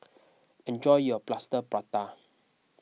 enjoy your Plaster Prata